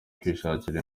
kwishakira